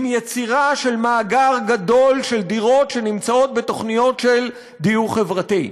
עם יצירת מאגר גדול של דירות שנמצאות בתוכניות של דיור חברתי.